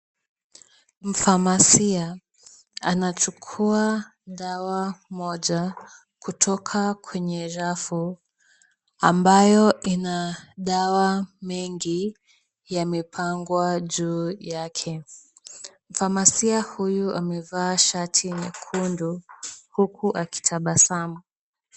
Mfamasia anachukua dawa moja kutoka kwenye jafu ambayo ina dawa mingi yamepangwa juu yake. Mfamasia huyu amevaa shati nyekundu huku akitabasamu.